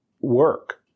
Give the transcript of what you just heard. work